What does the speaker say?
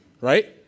right